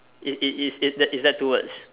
it it is is that two words